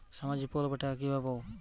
সামাজিক প্রকল্পের টাকা কিভাবে পাব?